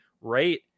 right